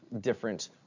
different